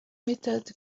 méthode